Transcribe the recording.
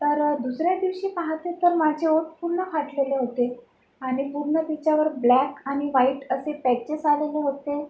तर दुसऱ्या दिवशी पाहते तर माझे ओठ पूर्ण फाटलेले होते आणि पूर्ण तिच्यावर ब्लॅक आणि व्हाईट असे पॅचेस आलेले होते